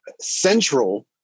central